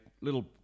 little